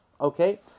okay